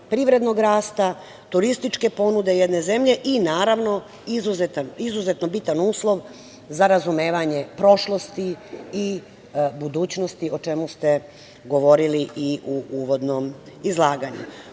privrednog rasta, turističke ponude jedne zemlje i naravno izuzetno bitan uslov za razumevanje prošlosti i budućnosti, o čemu ste govorili i u uvodnom izlaganju. Boravak